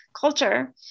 culture